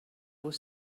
was